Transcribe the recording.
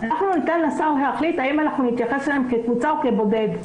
אנחנו ניתן לשר להחליט האם נתייחס אליהם כקבוצה או כבודד.